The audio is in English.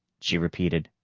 she repeated.